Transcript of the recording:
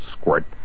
squirt